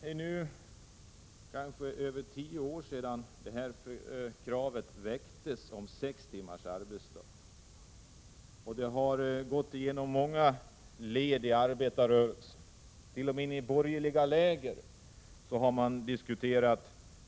Det är nu över tio år sedan kravet på sex timmars arbetsdag väcktes, och det har gått genom många led i arbetarrörelsen. T. o. m. i borgerliga läger har frågan diskuterats.